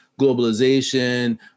Globalization